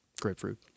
grapefruit